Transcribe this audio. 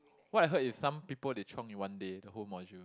what I heard is some people they chiong in one day the whole module